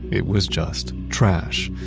it was just trash.